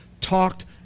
talked